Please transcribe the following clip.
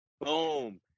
Boom